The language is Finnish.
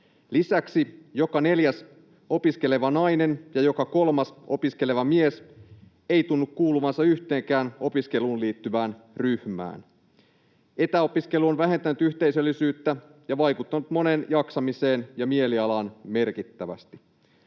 Lisäksi joka neljäs opiskeleva nainen ja joka kolmas opiskeleva mies ei tunne kuuluvansa yhteenkään opiskeluun liittyvään ryhmään. Etäopiskelu on vähentänyt yhteisöllisyyttä ja vaikuttanut monen jaksamiseen ja mielialaan merkittävästi.